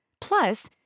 Plus